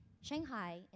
Shanghai